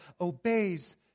obeys